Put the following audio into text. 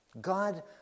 God